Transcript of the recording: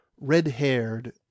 red-haired